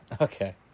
Okay